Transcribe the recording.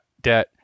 debt